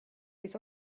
des